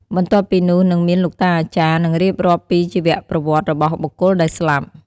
បន្ទាប់់ពីនោះនិងមានលោកតាអាចារ្យនឹងរៀបរាប់ពីជីវប្រវត្តិរបស់បុគ្គលដែលស្លាប់។